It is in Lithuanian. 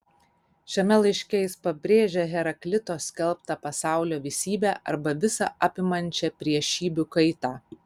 šiame laiške jis pabrėžia heraklito skelbtą pasaulio visybę arba visą apimančią priešybių kaitą